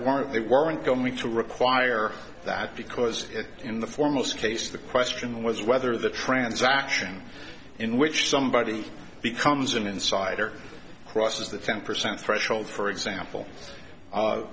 weren't they weren't going through quire that because in the foremost case the question was whether the transaction in which somebody becomes an insider crosses the ten percent threshold for example